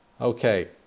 Okay